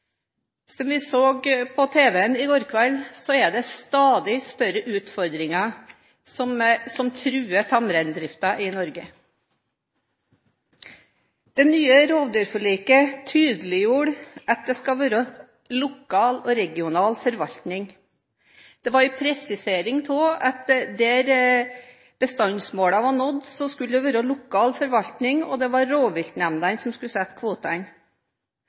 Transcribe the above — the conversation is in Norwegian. Som vi så på tv i går kveld, er det stadig større utfordringer som truer tamreindriften i Norge. Det nye rovdyrforliket tydeliggjorde at det skal være lokal og regional forvaltning. Det var en presisering av at der bestandsmålene var nådd, skulle det være lokal forvaltning, og det var rovviltnemndene som skulle sette